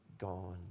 gone